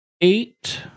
eight